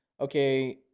Okay